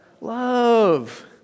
love